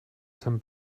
sein